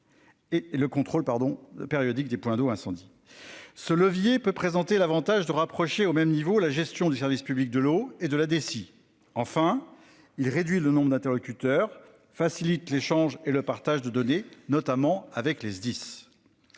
ce levier peut présenter l'Avantage, de rapprocher au même niveau la gestion du service public de l'eau et de la DSI enfin il réduit le nombre d'interlocuteurs facilite l'échange et le partage de données notamment avec les SDIS.